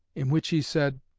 in which he said